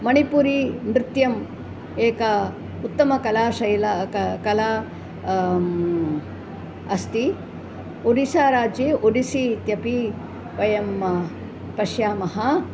मणिपुरी नृत्यम् एका उत्तमकलाशैली क कला अस्ति ओडिशाराज्ये ओडिस्सि इत्यपि वयं पश्यामः